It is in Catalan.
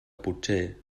potser